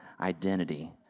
identity